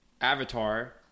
avatar